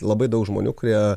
labai daug žmonių kurie